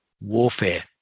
warfare